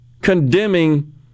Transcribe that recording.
condemning